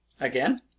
Again